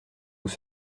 nous